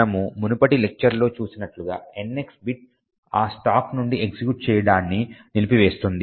మనము మునుపటి లెక్చర్లో చూసినట్లుగా NX బిట్ ఆ స్టాక్ నుండి ఎగ్జిక్యూట్ చేయడాన్ని నిలిపివేస్తుంది